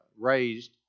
raised